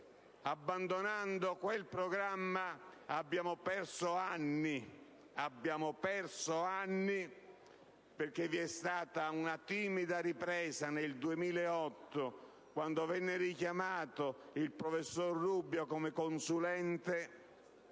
abbandonando quel programma, abbiamo perso anni, perché vi è stata una timida ripresa nel 2008, quando venne richiamato il professor Rubbia come consulente